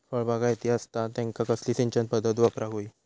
फळबागायती असता त्यांका कसली सिंचन पदधत वापराक होई?